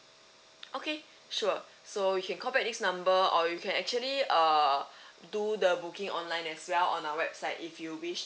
okay sure so you can call back this number or you can actually uh do the booking online as well on our website if you wish